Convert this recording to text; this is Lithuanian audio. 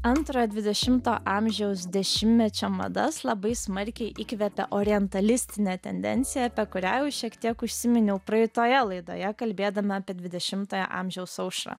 antrojo dvidešimto amžiaus dešimtmečio madas labai smarkiai įkvepia orientalistinė tendencija apie kurią jau šiek tiek užsiminiau praeitoje laidoje kalbėdama apie dvidešimtojo amžiaus aušrą